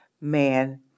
man